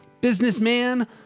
businessman